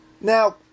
Now